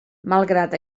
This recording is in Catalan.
malgrat